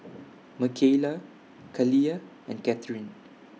Mckayla Kaliyah and Katharine